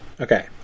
Okay